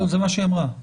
זה מה שהיא אמרה.